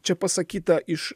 čia pasakyta iš